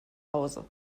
hause